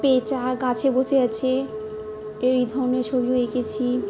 পেঁচা গাছে বসে আছে এই ধরনের ছবি হয়ে গেছি